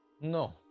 No